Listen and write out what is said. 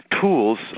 tools